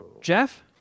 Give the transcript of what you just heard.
Jeff